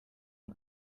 and